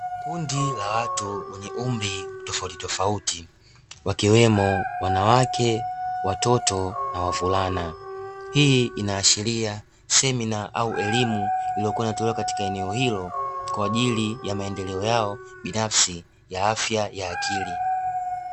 Kundi la watu wenye umri tofautitofauti, wakiwemo: wanawake, watoto na wavulana. Hii inaashiria semina au elimu iliyokua inatolewa katika eneo hilo kwa ajili ya maendeleo yao binafsi ya afya ya akili.